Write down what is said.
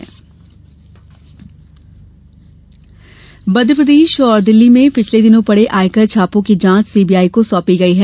CBI जांच मध्यप्रदेश और दिल्ली में पिछले दिनों पड़े आयकर छापों की जांच सीबीआई को सौंपी गई है